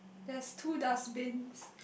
there's two dustbins